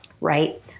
right